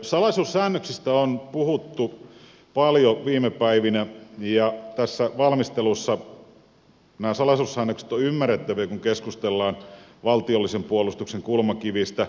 salaisuussäännöksistä on puhuttu paljon viime päivinä ja tässä valmistelussa nämä salaisuussäännökset ovat ymmärrettäviä kun keskustellaan valtiollisen puolustuksen kulmakivistä